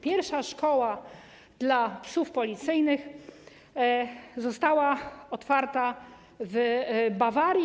Pierwsza szkoła dla psów policyjnych została otwarta w Bawarii.